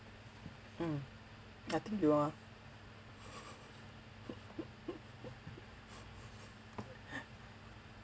mm I think you are